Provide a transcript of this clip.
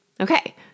Okay